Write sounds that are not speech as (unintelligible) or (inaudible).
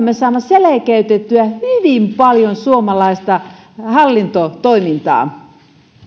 (unintelligible) me saamme selkeytettyä hyvin paljon suomalaista hallintotoimintaa itse